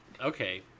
Okay